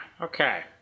okay